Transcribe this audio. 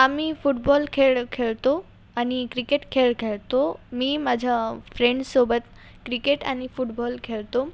आम्ही फुटबॉल खेळ खेळतो आणि क्रिकेट खेळ खेळतो मी माझ्या फ्रेंडसोबत क्रिकेट आणि फुटबॉल खेळतो